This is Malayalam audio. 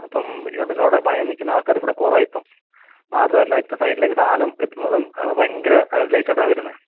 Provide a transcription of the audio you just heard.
അപ്പം അതിനോട് പണിയാൻ നിൽക്കുന്ന ആൾക്കാർ കുറവാണ് ഇപ്പം മാത്രമല്ല ഇപ്പോൾ സൈറ്റിലേക്ക് സാധനം എത്തുന്നതും ഭയങ്കര ലേറ്റ് ആയിട്ടാണ് വരുന്നത്